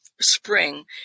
spring